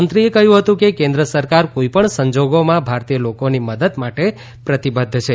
મંત્રીએ કહ્યું હતું કે કેન્ સરકાર કોઈપણ સંજોગોમાં ભારતીય લોકોની મદદ માટે પ્રતિબદ્વ છે